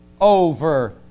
over